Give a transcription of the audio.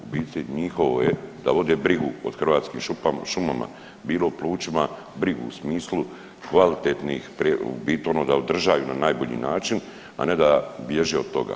U biti njihovo je da vode brigu o hrvatskim šumama bilo plućima brigu u smislu kvalitetnih, u biti da ono održaju na najbolji način, a ne da bježe od toga.